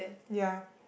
ya